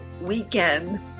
weekend